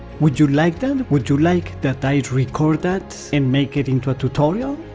would you like that? and would you like that i record that and make it into a tutorial?